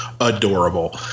Adorable